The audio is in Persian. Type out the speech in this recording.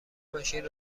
ماشین